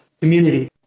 community